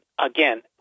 again